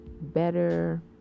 better